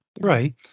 Right